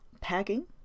packing